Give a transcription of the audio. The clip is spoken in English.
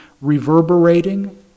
reverberating